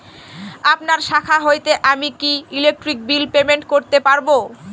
আপনার শাখা হইতে আমি কি ইলেকট্রিক বিল পেমেন্ট করতে পারব?